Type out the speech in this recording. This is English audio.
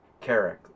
Carrick